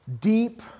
deep